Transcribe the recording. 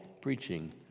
preaching